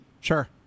Sure